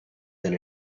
than